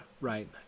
right